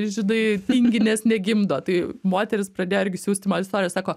žinai tinginės negimdo tai moterys pradėjo irgi siųsti man istorijas sako